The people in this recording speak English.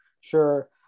sure